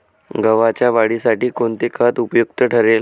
गव्हाच्या वाढीसाठी कोणते खत उपयुक्त ठरेल?